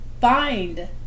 find